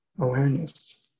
awareness